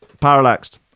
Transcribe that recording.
Parallaxed